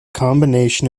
combination